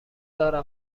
دارم